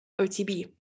OTB